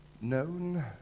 Known